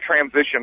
transition